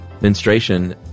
menstruation